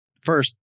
First